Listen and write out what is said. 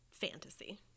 fantasy